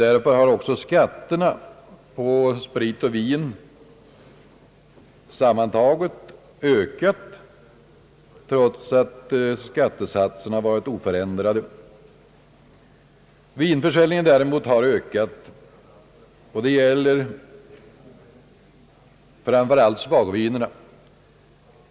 Därför har också skatterna på sprit och vin sammantaget ökat trots alt skattesatserna har varit oförändrade. Vinförsäljningen däremot har ökat, och det gäller framför allt svagvinerna.